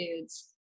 foods